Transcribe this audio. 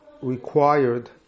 required